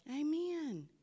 Amen